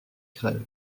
crève